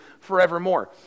forevermore